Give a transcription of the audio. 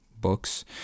books